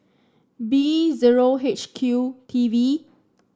B zero H Q T V